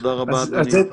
תודה רבה, אדוני.